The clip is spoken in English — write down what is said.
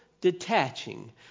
detaching